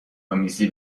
آمیزی